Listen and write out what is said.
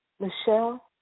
Michelle